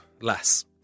less